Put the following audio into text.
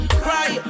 cry